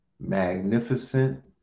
Magnificent